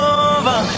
over